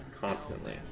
constantly